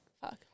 fuck